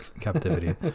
captivity